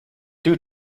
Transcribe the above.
due